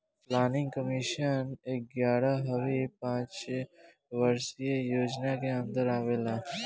planning commission एग्यारहवी पंचवर्षीय योजना के अन्दर आवेला